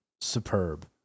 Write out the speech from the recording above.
superb